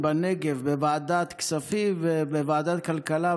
בנגב בוועדת הכספים ובוועדת הכלכלה,